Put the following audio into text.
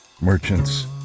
merchants